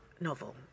novel